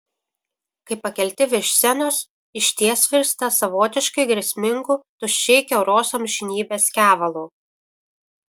kai pakelti virš scenos išties virsta savotiškai grėsmingu tuščiai kiauros amžinybės kevalu